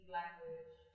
language